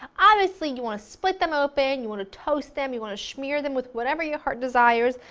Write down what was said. obviously, you want to split them open, you want to toast them, you want to smear them with whatever your heart desires,